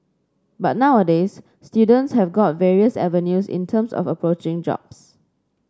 but nowadays students have got various avenues in terms of approaching jobs